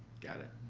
got it.